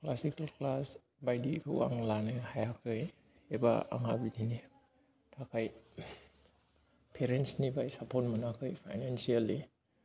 classical class बायदिखौ आं लानो हायाखै एबा आंहा बिदिनि थाखाय पेरेन्ट्सनिफ्राय सापर्ट मोनाखै फाइनानसियेलि